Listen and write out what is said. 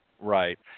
Right